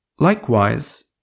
Likewise